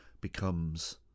becomes